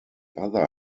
other